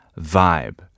vibe